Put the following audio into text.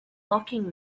locking